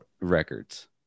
records